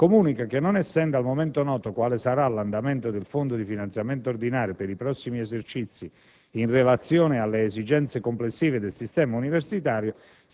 comunica che, «non essendo al momento noto quale sarà l'andamento del fondo di finanziamento ordinario per i prossimi esercizi in relazione alle esigenze complessive del sistema universitario,